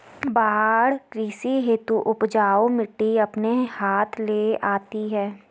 बाढ़ कृषि हेतु उपजाऊ मिटटी अपने साथ ले आती है